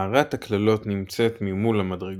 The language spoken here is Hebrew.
מערת הקללות נמצאת ממול למדרגות,